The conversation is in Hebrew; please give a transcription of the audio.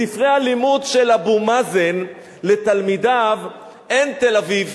בספרי הלימוד של אבו מאזן לתלמידיו אין תל-אביב,